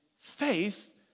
faith